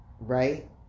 right